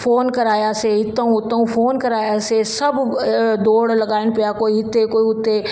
phone करायासे हिते हुते फोन करायासीं सभु दोड़ लॻाइन पिया कोई हिते कोइ हुते